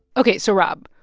ok. so, rob,